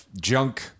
junk